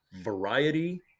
variety